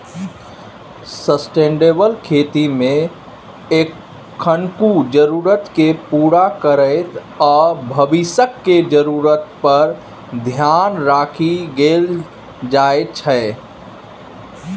sustainable खेतीमे एखनुक जरुरतकेँ पुरा करैत आ भबिसक जरुरत पर धेआन राखि कएल जाइ छै